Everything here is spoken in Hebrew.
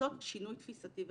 לעשות שינוי תפיסתי וחברתי.